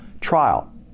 trial